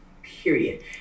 Period